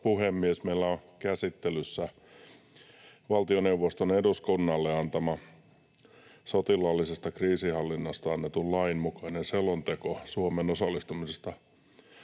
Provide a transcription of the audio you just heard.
puhemies! Meillä on käsittelyssä valtioneuvoston eduskunnalle antama sotilaallisesta kriisinhallinnasta annetun lain mukainen selonteko Suomen osallistumisen